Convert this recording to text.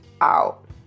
out